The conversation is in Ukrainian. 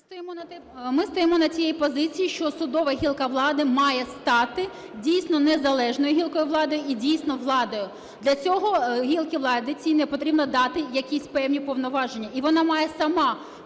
Ми стоїмо на тій позиції, що судова гілка влади має стати, дійсно, незалежною гілкою влади і, дійсно, владою. Для цього гілці влади цій потрібно дати якісь певні повноваження,